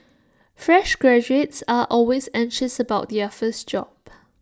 fresh graduates are always anxious about their first job